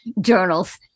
journals